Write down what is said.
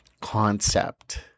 concept